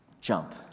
jump